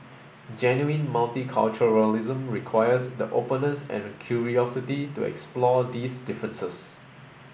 genuine multiculturalism requires the openness and curiosity to explore these differences